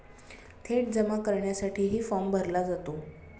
थेट जमा करण्यासाठीही फॉर्म भरला जातो